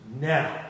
now